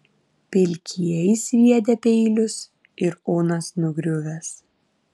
pilkieji sviedę peilius ir unas nugriuvęs